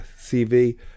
CV